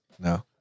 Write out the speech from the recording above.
no